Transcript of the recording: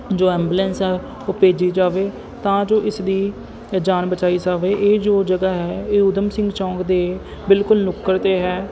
ਜੋ ਐਬੂਲੈਂਸ ਆ ਉਹ ਭੇਜੀ ਜਾਵੇ ਤਾਂ ਜੋ ਇਸਦੀ ਜਾਨ ਬਚਾਈ ਜਾਵੇ ਇਹ ਜੋ ਜਗ੍ਹਾ ਹੈ ਇਹ ਊਧਮ ਸਿੰਘ ਚੌਂਕ ਦੇ ਬਿਲਕੁਲ ਨੁੱਕਰ 'ਤੇ ਹੈ